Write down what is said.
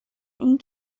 این